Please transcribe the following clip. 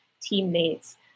teammates